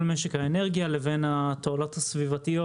משק האנרגיה לבין התועלות הסביבתיות.